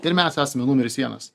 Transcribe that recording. ir mes esame numeris vienas